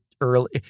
early